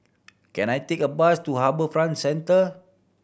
can I take a bus to HarbourFront Centre